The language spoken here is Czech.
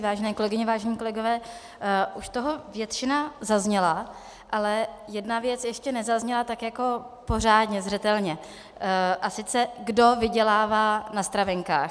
Vážené kolegyně, vážení kolegové, už toho většina zazněla, ale jedna věc ještě nezazněla pořádně, zřetelně, a sice kdo vydělává na stravenkách.